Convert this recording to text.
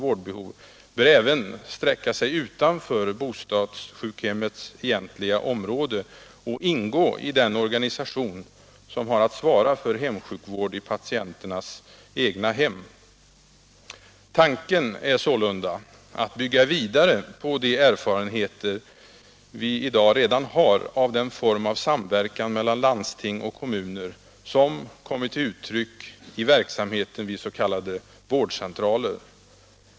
vårdbehov bör även sträcka sig utanför bostadssjukhemmets egentliga område och ingå i den organisation som har att svara för sjukvård i patienternas egna hem. Tanken är sålunda att bygga vidare på de erfarenheter vi redan har av den form av samverkan mellan landsting och kommuner som kommit till uttryck i verksamheten vid s.k. vårdcentraler.